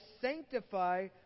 sanctify